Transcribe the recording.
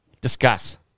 discuss